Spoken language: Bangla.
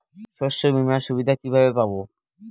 শস্যবিমার সুবিধা কিভাবে পাবো?